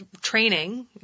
training